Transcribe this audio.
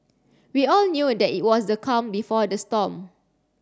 we all knew that it was the calm before the storm